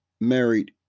married